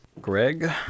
Greg